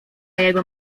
jego